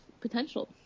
potential